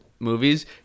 movies